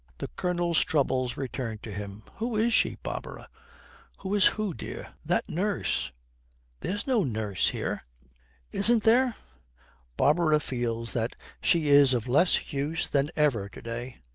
the colonel's troubles return to him. who is she, barbara who is who, dear that nurse there's no nurse here isn't there barbara feels that she is of less use than ever to-day.